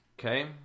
Okay